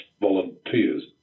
volunteers